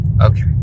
Okay